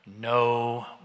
No